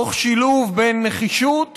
תוך שילוב של נחישות